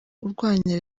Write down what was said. urwanya